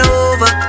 over